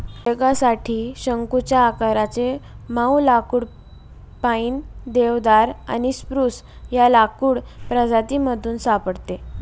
उद्योगासाठी शंकुच्या आकाराचे मऊ लाकुड पाईन, देवदार आणि स्प्रूस या लाकूड प्रजातीमधून सापडते